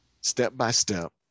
step-by-step